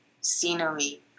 scenery